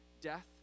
death